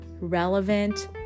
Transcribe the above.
relevant